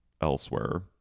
elsewhere